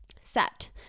set